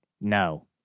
No